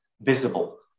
visible